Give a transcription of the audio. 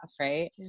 right